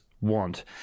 want